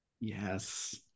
Yes